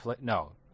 No